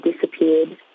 disappeared